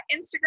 Instagram